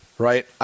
Right